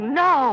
no